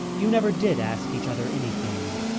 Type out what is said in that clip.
you never did ask each other anything,